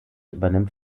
übernimmt